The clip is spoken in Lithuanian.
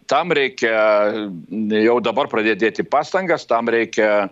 tam reikia jau dabar pradėti dėti pastangas tam reikia